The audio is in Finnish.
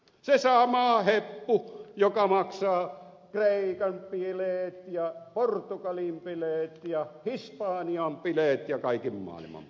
se sama heppu joka maksaa kreikan bileet ja portugalin bileet ja hispanian bileet ja kaiken maailman bileet